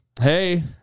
Hey